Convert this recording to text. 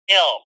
ill